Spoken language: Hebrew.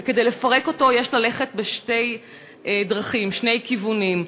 וכדי לפרק אותו יש ללכת בשתי דרכים, שני כיוונים: